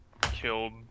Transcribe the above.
killed